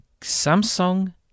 Samsung